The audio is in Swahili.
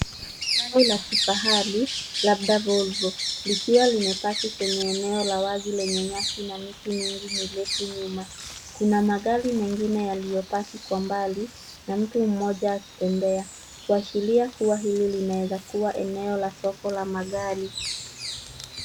Gari la kifahari, labda Volvo, likiwa limepaki kwenye eneo la wazi lenye nyasi na miti mingi mirefu nyuma. Kuna magari mengine yaliyopaki kwa mbali na mtu mmoja akitembea, kuashiria kuwa hilo linaweza kua eneo la soko la magari.